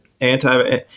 anti